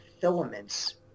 filaments